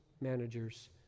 managers